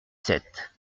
sept